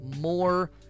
more